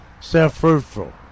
self-fruitful